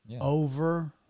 over